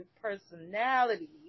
personality